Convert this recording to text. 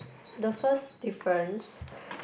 the first difference